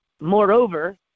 Moreover